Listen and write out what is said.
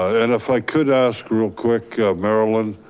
and if i could ask real quick, marilyn,